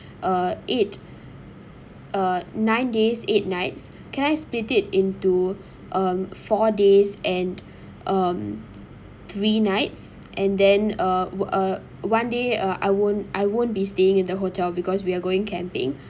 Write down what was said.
uh eight uh nine days eight nights can I split it into um four days and um three nights and then uh uh one day uh I won't I won't be staying in the hotel because we are going camping